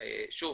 שוב,